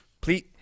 please